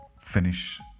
finish